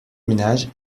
ménage